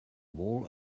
wall